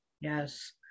yes